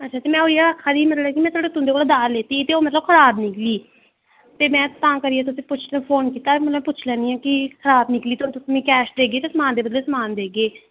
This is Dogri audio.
ते में तुंदे कोला दाल लैती ही ते ओह् खराब निकली ते में तां करियै फोन कीता की खराब निकली ते कैश देगे जां समान दे बदले समान देगे